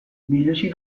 biluzik